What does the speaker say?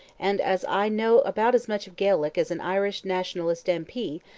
and, as i know about as much of gaelic as an irish nationalist m. p,